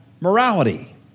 morality